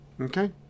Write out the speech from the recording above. Okay